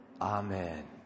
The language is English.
Amen